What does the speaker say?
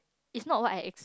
it's not what I